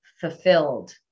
fulfilled